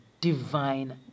divine